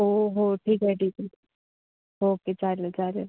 हो हो ठीक आहे ठीक आहे ओके चालेल चालेल